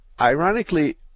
Ironically